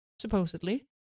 Supposedly